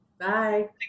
Bye